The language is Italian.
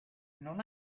non